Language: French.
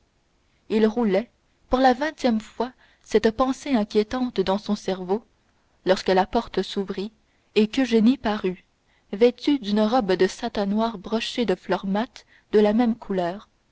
il roulait pour la vingtième fois cette pensée inquiétante dans son cerveau lorsque la porte s'ouvrit et qu'eugénie parut vêtue d'une robe de satin noir brochée de fleurs mates de la même couleur